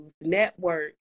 network